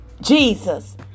Jesus